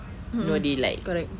mmhmm correct